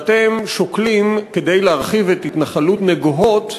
שאתם שוקלים, כדי להרחיב את התנחלות נגוהות,